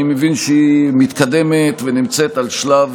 אני מבין שהיא מתקדמת ונמצאת בשלב